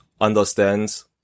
understands